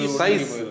size